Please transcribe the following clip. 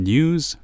News